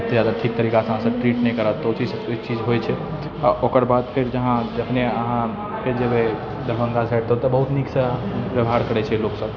ओतेक ज्यादा ठीक तरीकासँ अहाँसँ ट्रीट नहि करत तऽ ओ चीज होइ छै आओर ओकर बाद फेर जे अहाँ जखने अहाँ फेर जेबै दरभङ्गा साइड तऽ ओतऽ बहुत नीकसँ व्यवहार करै छै लोकसब